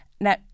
now